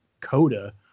coda